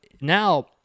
now